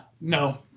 No